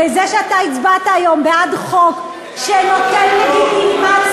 וזה שאתה הצבעת היום בעד חוק שנותן לגיטימציה